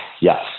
Yes